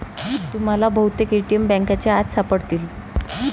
तुम्हाला बहुतेक ए.टी.एम बँकांच्या आत सापडतील